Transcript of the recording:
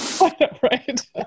right